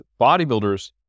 bodybuilders